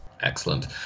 Excellent